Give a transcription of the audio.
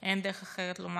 אין דרך אחרת לומר זאת.